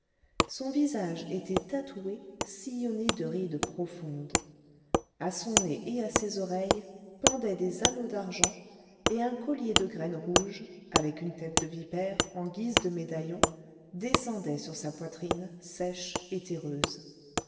son visage était tatoué sillonné de rides profondes a son nez et à ses oreilles pendaient des anneaux d'argent et un collier de graines rouges avec une tête de vipère en guise de médaillon descendait sur sa poitrine sèche et terreuse